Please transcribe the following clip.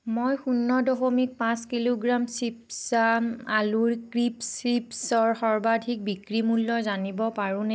মই শূন্য দশমিক পাঁচ কিলোগ্ৰাম চিপ্জা আলুৰ ক্ৰিস্পছ চিপ্ছৰ সৰ্বাধিক বিক্ৰী মূল্য জানিব পাৰোনে